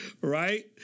Right